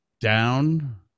down